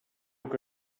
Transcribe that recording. que